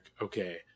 okay